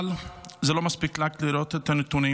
אבל זה לא מספיק רק לראות את הנתונים